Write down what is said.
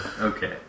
Okay